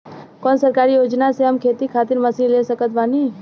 कौन सरकारी योजना से हम खेती खातिर मशीन ले सकत बानी?